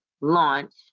launch